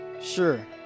Sure